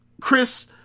Chris